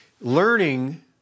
Learning